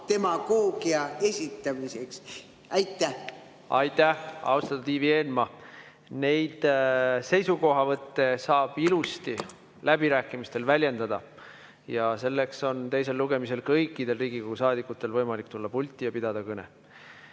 demagoogia esitamiseks. Aitäh, austatud Ivi Eenmaa! Neid seisukohavõtte saab ilusti läbirääkimistel väljendada ja selleks on teisel lugemisel kõikidel Riigikogu saadikutel võimalik tulla pulti ja pidada